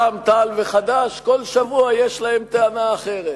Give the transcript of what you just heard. רע"ם-תע"ל וחד"ש כל שבוע יש להם טענה אחרת.